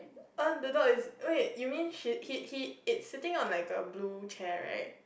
err the dog is wait you mean she he he it's sitting on a blue chair right